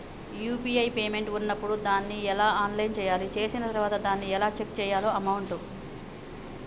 UPI payment ఉన్నప్పుడు దాన్ని ఎలా ఆన్ చేయాలి? చేసిన తర్వాత దాన్ని ఎలా చెక్ చేయాలి అమౌంట్?